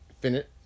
Finish